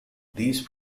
these